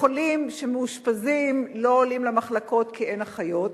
וחולים שמאושפזים לא עולים למחלקות כי אין אחיות.